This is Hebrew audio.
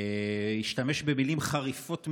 הוא השתמש במילים חריפות מאוד: